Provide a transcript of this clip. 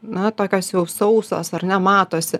na tokios jau sausos ar ne matosi